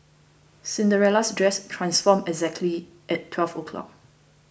Cinderella's dress transformed exactly at twelve o'clock